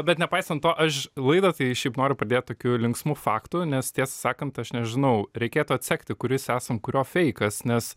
bet nepaisant to aš laidą tai šiaip noriu pradėt tokiu linksmu faktu nes tiesą sakant aš nežinau reikėtų atsekti kuris esam kurio feikas nes